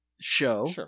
show